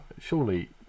Surely